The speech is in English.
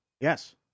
Yes